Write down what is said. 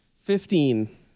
Fifteen